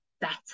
better